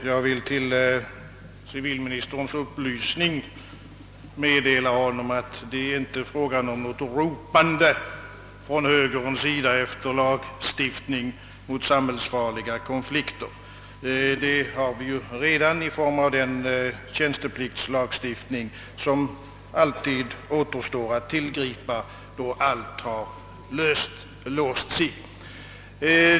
Herr talman! Till civilministerns upplysning vill jag meddela, att högern här alls inte ropar efter lagstiftning mot samhällsfarliga konflikter. En sådan lagstiftning har vi redan i den tjänstepliktslag, som alltid återstår att tillgripa, när läget har låst sig.